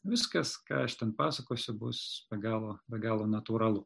viskas ką aš ten pasakosiu bus be galo be galo natūralu